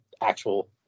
actual